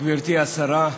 גברתי השרה,